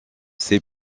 ses